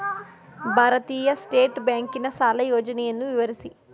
ಭಾರತೀಯ ಸ್ಟೇಟ್ ಬ್ಯಾಂಕಿನ ಸಾಲ ಯೋಜನೆಯನ್ನು ವಿವರಿಸಿ?